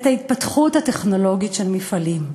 את ההתפתחות הטכנולוגית של מפעלים.